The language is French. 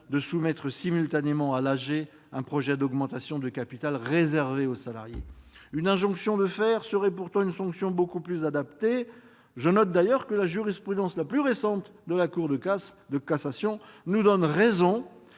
de soumettre simultanément à l'assemblée générale un projet d'augmentation de capital réservée aux salariés. Une injonction de faire serait pourtant une sanction beaucoup plus adaptée. Je note d'ailleurs que la jurisprudence la plus récente de la Cour de cassation nous donne raison,